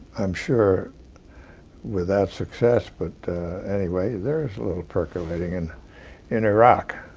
i'm sure without success, but anyway, there is a little percolating in in iraq.